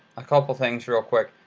a couple things real quick.